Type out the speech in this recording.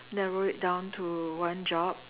narrow it down to one job